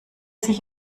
sich